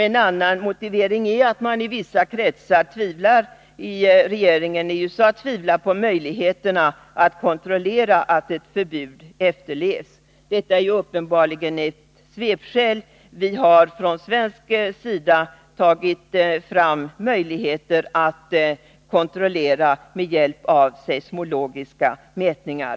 En annan motivering är att man i vissa kretsar inom regeringen i USA tvivlar på möjligheterna att kontrollera att ett förbud efterlevs. Detta är uppenbarligen ett svepskäl. Vi har från svensk sida visat att det är möjligt att kontrollera efterlevnaden med hjälp av seismologiska mätningar.